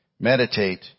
meditate